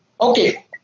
okay